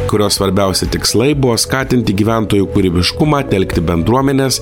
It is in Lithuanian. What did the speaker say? kurio svarbiausi tikslai buvo skatinti gyventojų kūrybiškumą telkti bendruomenes